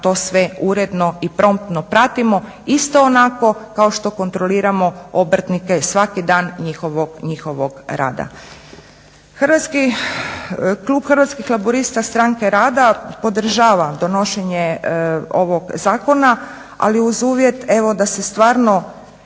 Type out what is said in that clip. to sve uredno i promptno pratimo isto onako kao što kontroliramo obrtnike svaki dan njihovog rada. Klub Hrvatskih laburista stranke rada podržava donošenje ovog Zakona ali uz uvjet evo da se stvarno